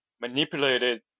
manipulated